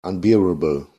unbearable